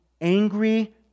angry